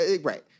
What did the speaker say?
Right